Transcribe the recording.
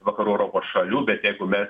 vakarų europos šalių bet jeigu mes